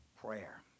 Prayer